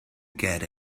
get